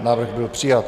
Návrh byl přijat.